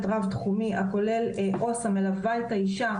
רב-תחומי הכולל עו"ס המלווה את האישה,